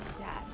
Yes